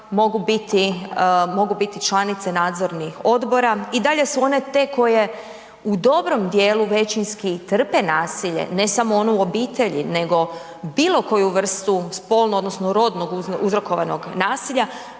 mogu biti članice nadzornih odbora. I dalje su one te koje u dobrom dijelu većinski trpe nasilje ne samo onu obitelji, nego bilo koju vrstu spolnog odnosno rodnog uzrokovanog nasilja.